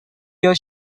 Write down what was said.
your